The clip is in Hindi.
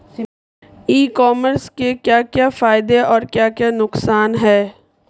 ई कॉमर्स के क्या क्या फायदे और क्या क्या नुकसान है?